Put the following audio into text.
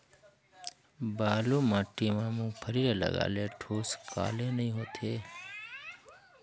बालू माटी मा मुंगफली ला लगाले ठोस काले नइ होथे?